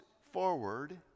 forward